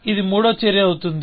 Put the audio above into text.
ఇది మూడవ చర్య అవుతుంది